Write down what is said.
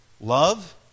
Love